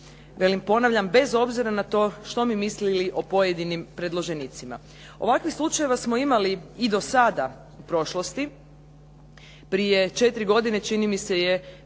Velim ponavljam, bez obzira na to što mi mislili o pojedinim predloženicima. Ovakvih slučajeva smo imali i do sada u prošlosti prije 4 godine čini mi se je